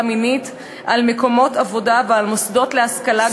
מינית על מקומות עבודה ועל מוסדות להשכלה גבוהה,